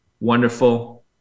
wonderful